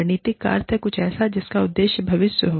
रणनीतिक का अर्थ है कुछ ऐसा जिसका उद्देश्य भविष्य है